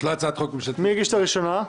מי הגיש את הראשונה?